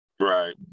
Right